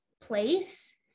place